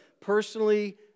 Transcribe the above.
personally